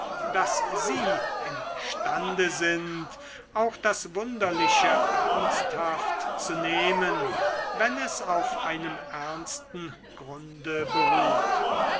daß sie imstande sind auch das wunderliche ernsthaft zu nehmen wenn es auf einem ernsten grunde beruht